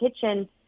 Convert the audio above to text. kitchen